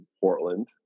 Portland